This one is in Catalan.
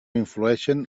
influïxen